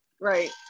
right